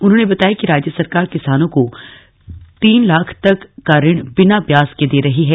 उन्होंने बताया कि राज्य सरकार किसानों को तीन लाख रुपए तक का ऋण बिना ब्याज के दे रही है